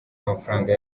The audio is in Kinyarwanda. w’amafaranga